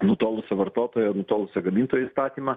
nutolusio vartotojo nutolusio gamintojo įstatymą